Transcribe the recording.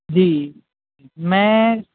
جی میں